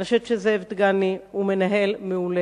אני חושבת שזאב דגני הוא מנהל מעולה,